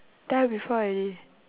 tell you before already